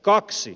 kaksi